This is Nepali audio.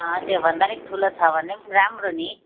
त्यो भन्दा पनि अलिक ठुलो छ भने राम्रो नि